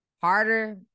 harder